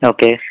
Okay